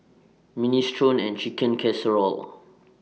Minestrone and Chicken Casserole